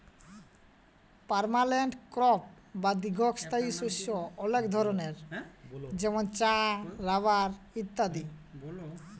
permanent crop বা দীঘ্ঘস্থায়ী শস্য অলেক ধরলের যেমল চাঁ, রাবার ইত্যাদি